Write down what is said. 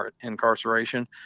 incarceration